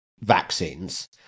vaccines